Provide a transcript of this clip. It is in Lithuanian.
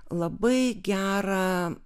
labai gerą